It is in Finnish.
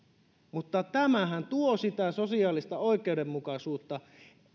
mutta tämähän tuo sitä sosiaalista oikeudenmukaisuutta